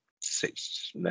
six